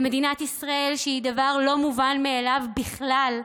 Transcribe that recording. למדינת ישראל, שהיא דבר לא מובן מאליו בכלל,